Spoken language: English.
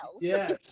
Yes